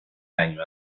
año